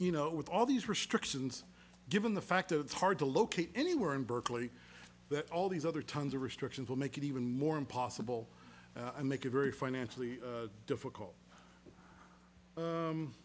you know with all these restrictions given the fact of its hard to locate anywhere in berkeley all these other tons of restrictions will make it even more impossible and make it very financially difficult